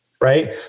Right